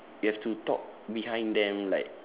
you have to talk behind them like